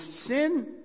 sin